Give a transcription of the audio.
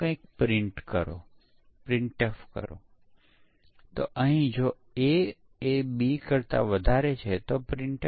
તેથી જ્યારે કોઈ બીજાએ પુસ્તકને અનામત રાખ્યું હોય ત્યારે તે પરત થાય નહીં